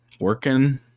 Working